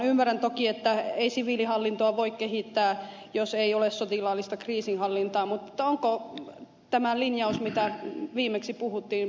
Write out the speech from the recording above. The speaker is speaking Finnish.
ymmärrän toki että ei siviilihallintoa voi kehittää jos ei ole sotilaallista kriisinhallintaa mutta pitääkö tämä linjaus yhä mistä viimeksi puhuttiin